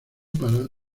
para